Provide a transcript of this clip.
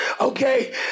okay